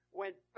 went